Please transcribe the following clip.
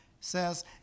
says